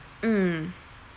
mm